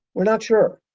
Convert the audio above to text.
we're not sure.